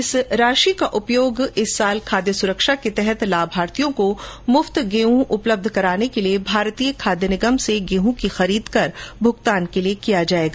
इस राशि का उपयोग इस वर्ष खाद्य सुरक्षा के तहत लाभार्थियों को मुफ्त गेहूं उपलब्ध कराने के लिए भारतीय खाद्य निगम से गेहूं की खरीद कर भुगतान के लिए किया जाएगा